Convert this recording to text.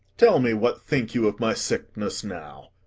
tell me what think you of my sickness now?